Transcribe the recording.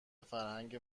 فرهنگ